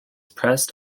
pressed